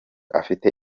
afite